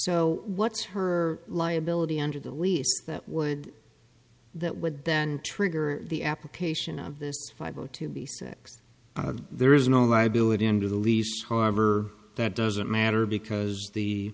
so what's her liability under the lease that would that would then trigger the application of this fibro to be six there is no liability under the least however that doesn't matter because the